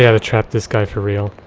yeah to trap this guy for real.